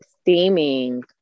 steaming